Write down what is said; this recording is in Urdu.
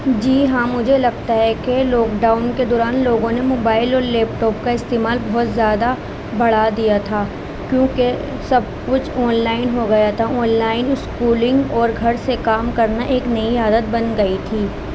جی ہاں مجھے لگتا ہے کہ لاک ڈاؤن کے دوران لوگوں نے موبائل اور لیپ ٹاپ کا استعمال بہت زیادہ بڑھا دیا تھا کیونکہ سب کچھ آن لائن ہو گیا تھا آن لائن اسکولنگ اور گھر سے کام کرنا ایک نئی عادت بن گئی تھی